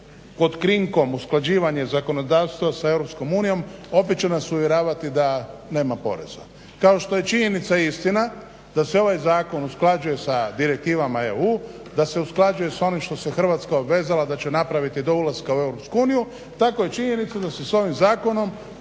pod krinkom usklađivanje zakonodavstva sa EU opet će nas uvjeravati da nema poreza. Kao što je činjenica i istina da se ovaj zakon usklađuje sa direktivama EU, da se usklađuje sa onim što se Hrvatska obvezala da će napraviti do ulaska u EU tako i činjenica da se sa ovim zakonom